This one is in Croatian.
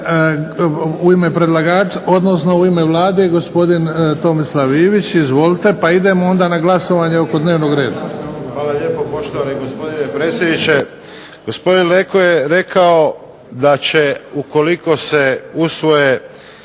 u ime predlagača, odnosno u ime Vlade gospodin Tomislav Ivić. Izvolite. Pa idemo onda na glasovanje oko dnevnog reda. **Ivić, Tomislav (HDZ)** Hvala lijepo poštovani gospodine predsjedniče. Gospodine Leko je rekao da će ukoliko se usvoje